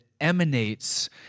emanates